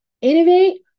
Innovate